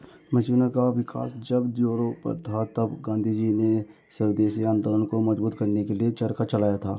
मशीनों का विकास जब जोरों पर था तब गाँधीजी ने स्वदेशी आंदोलन को मजबूत करने के लिए चरखा चलाया था